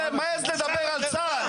מעז לדבר על צה"ל.